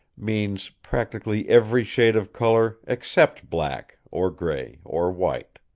means practically every shade of color except black or gray or white.